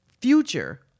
future